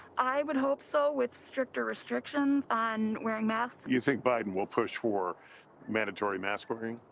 i would hope so with stricter restrictions on wearing masks. you think biden will push for mandatory mask wearing?